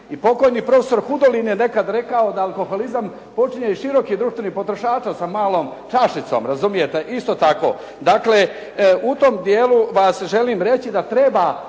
I pokojni prof. Hudolin je nekad rekao da alkoholizam počinje iz širokih društvenih potrošača sa malo čašicom, razumijete, isto tako. Dakle u tom dijelu vas želim reći da treba